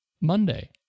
Monday